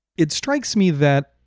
it strikes me that,